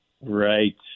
Right